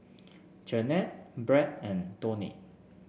Janette Brad and Toni